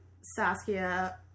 Saskia